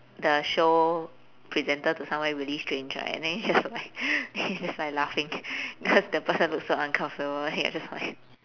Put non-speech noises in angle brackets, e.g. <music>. the show presenter to somewhere really strange right then you're just like <laughs> you're just like laughing cause the person looks so uncomfortable you're just like